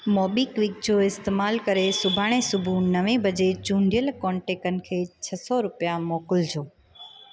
MobiKwik जो इस्तेमालु करे सुभाणे सुबुह नवे बजे चूंडियल कोन्टेकटनि खे छह सौ रुपिया मोकलिजो